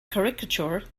caricature